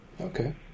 okay